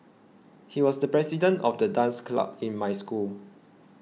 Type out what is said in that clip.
he was the president of the dance club in my school